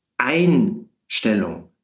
Einstellung